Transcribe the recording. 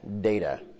data